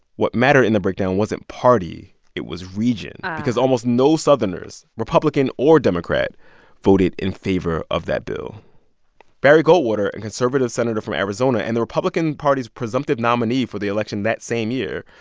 what matter in the breakdown wasn't party it was region. ah. because almost no southerners republican or democrat voted in favor of that bill barry goldwater, a and conservative senator from arizona and the republican party's presumptive nominee for the election that same year,